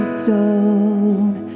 stone